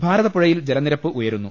ഭാരതപ്പുഴയിൽ ജലനിരപ്പ് ഉയരുന്നു